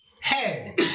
hey